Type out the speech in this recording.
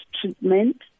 treatment